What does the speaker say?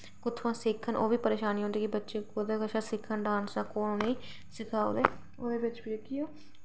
कि कुत्थां सिक्खन ओह्बी परेशानी औंदी कोह्दे कशा सिक्खना डांस कोह्दे कशा नेईं सिक्खाए ओह्दे बिच्चा कि ओह्